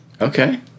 Okay